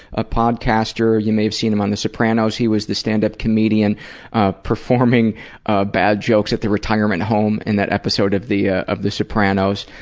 ah podcaster, you may have seen him on the sopranos, he was the stand-up comedian ah performing ah bad jokes at the retirement home in that episode of the ah of the sopranos.